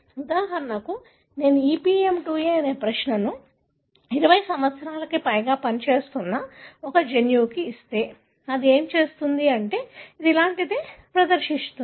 ఉదాహరణకు నేను EPM2A అనే ప్రశ్నను 20 సంవత్సరాలకు పైగా పనిచేస్తున్న ఒక జన్యువును ఇస్తే అది ఏమి చేస్తుందంటే అది అలాంటిదే ప్రదర్శిస్తుంది